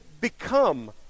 become